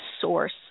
source